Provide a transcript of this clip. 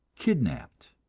kidnapped.